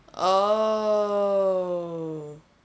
oh